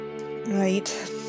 right